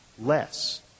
less